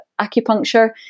acupuncture